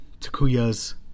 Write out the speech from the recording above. takuya's